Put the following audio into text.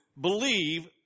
believe